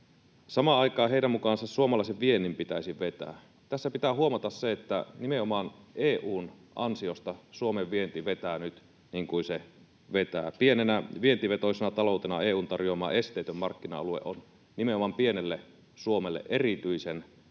Samaan aikaan heidän mukaansa suomalaisen viennin pitäisi vetää. Tässä pitää huomata se, että nimenomaan EU:n ansiosta Suomen vienti vetää nyt niin kuin se vetää. Pienenä vientivetoisena taloutena EU:n tarjoama esteetön markkina-alue on nimenomaan pienelle Suomelle erityisen